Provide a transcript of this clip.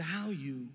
value